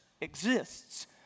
exists